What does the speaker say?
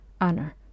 honor